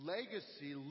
Legacy